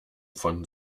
von